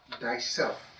thyself